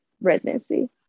residency